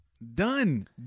Done